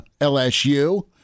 LSU